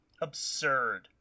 Absurd